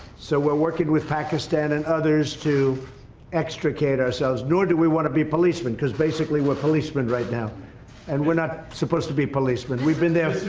so we're working with pakistan and others to extricate ourselves nor do we want to be policemen because basically what policemen right now and we're not supposed to be policemen we've been there.